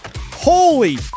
Holy